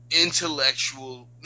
intellectual